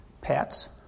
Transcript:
Pets